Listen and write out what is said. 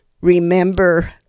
Remember